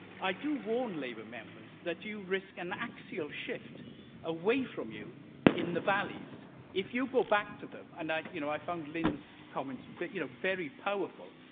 i do warn labour members that you risk an axial shift away from you in the valleys if you go back to them and i you know i found lynne's comments you know very powerful.